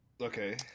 Okay